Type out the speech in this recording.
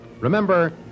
Remember